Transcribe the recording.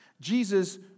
Jesus